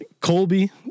Colby